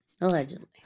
Allegedly